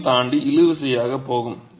அதையும் தாண்டி இழு விசையாக போகும்